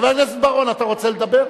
חבר הכנסת בר-און, אתה רוצה לדבר?